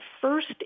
first